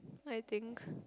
I think